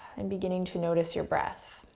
and beginning to notice your breath.